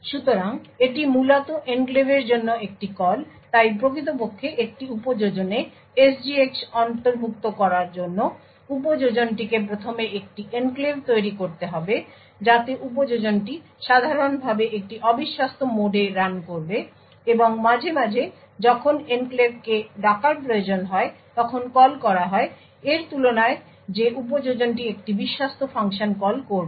সুতরাং এটি মূলত এনক্লেভের জন্য একটি কল তাই প্রকৃতপক্ষে একটি উপযোজনে SGX অন্তর্ভুক্ত করার জন্য উপযোজনটিকে প্রথমে একটি এনক্লেভ তৈরি করতে হবে যাতে উপযোজনটি সাধারণভাবে একটি অবিশ্বস্ত মোডে রান করবে এবং মাঝে মাঝে যখন এনক্লেভকে ডাকার প্রয়োজন হয় তখন কল করা হয় এর তুলনায় যে উপযোজনটি একটি বিশ্বস্ত ফাংশন কল করবে